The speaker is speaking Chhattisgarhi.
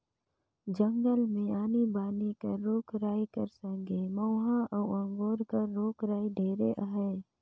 जंगल मे आनी बानी कर रूख राई कर संघे मउहा अउ अंगुर कर रूख राई ढेरे अहे